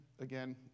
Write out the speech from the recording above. again